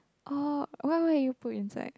orh what what you put inside